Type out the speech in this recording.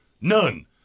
None